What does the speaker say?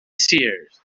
seers